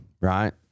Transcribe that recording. right